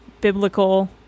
biblical